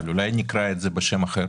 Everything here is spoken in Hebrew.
אבל אולי נקרא לזה בשם אחר